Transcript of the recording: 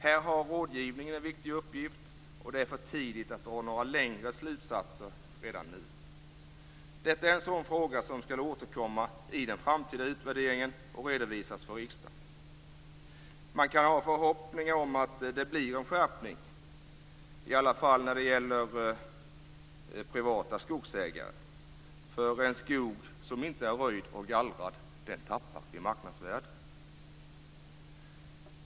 Här har rådgivningen en viktig uppgift. Det är för tidigt att nu dra några längre gående slutsatser. Detta är en sådan frågan som skall återkomma i den framtida utvärderingen och redovisas för riksdagen. Man kan ha förhoppningar om att det blir en skärpning, i alla fall när det gäller privata skogsägare, för en skog som inte är röjd och gallrad tappar i marknadsvärde.